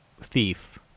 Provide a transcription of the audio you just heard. thief